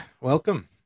welcome